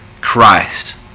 Christ